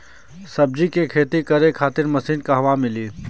सब्जी के खेती करे खातिर मशीन कहवा मिली?